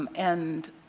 um and